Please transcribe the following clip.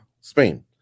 Spain